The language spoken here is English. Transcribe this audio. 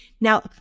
Now